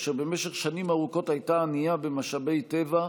אשר במשך שנים ארוכות הייתה ענייה במשאבי טבע,